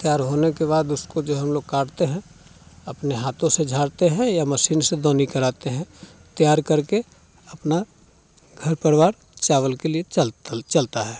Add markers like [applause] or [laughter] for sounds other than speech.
तैयार होने के बाद उसको जो है हम लोग काटते हैं अपने हाथों से झाड़ते हैं या मशीन से बनी कराते हैं तैयार करके अपना घर परिवार चावल के लिए [unintelligible] चलता है